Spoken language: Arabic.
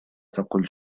تقل